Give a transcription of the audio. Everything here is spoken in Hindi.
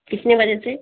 कितने बजे से